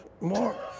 more